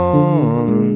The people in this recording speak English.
on